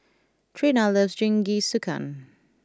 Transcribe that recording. Treena loves Jingisukan